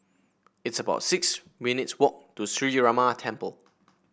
it's about six minutes' walk to Sree Ramar Temple